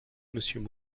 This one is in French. monsieur